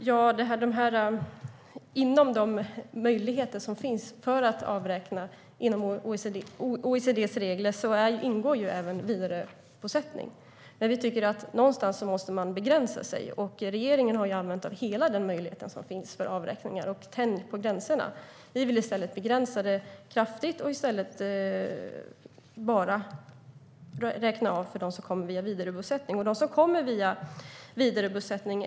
Herr talman! I de möjligheter som finns att avräkna enligt OECD:s regler ingår ju även vidarebosättning. Men vi tycker att man måste begränsa sig någonstans. Regeringen har använt hela den möjlighet till avräkningar som finns och tänjt på gränserna. Vi vill i stället begränsa kraftigt och bara räkna av för dem som kommer via vidarebosättning.